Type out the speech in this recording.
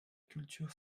culture